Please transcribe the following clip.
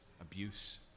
abuse